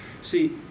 See